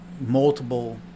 multiple